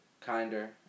kinder